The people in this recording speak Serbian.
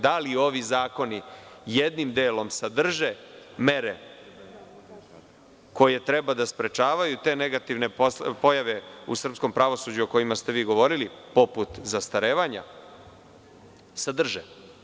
Da li ovi zakoni jednim delom sadrže mere koje treba da sprečavaju te negativne pojave u srpskom pravosuđu o čemu ste vi pričali, poput zastarevanja, sadrže.